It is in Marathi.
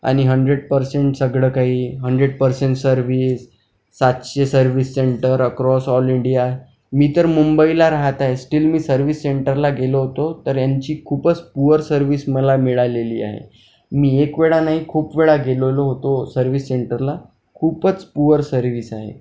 आणि हंड्रेड पर्सेंट सगळं काही हंड्रेड पर्सेंट सर्व्हिस सातशे service centre across all India मी तर मुंबईला राहत आहे स्टील मी सर्व्हिस सेंटरला गेलो होतो तर ह्यांची खूपच पुअर सर्व्हिस मला मिळालेली आहे मी एक वेळा नाही खूप वेळा गेलेलो होतो सर्व्हिस सेंटरला खूपच पुअर सर्व्हिस आहे